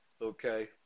Okay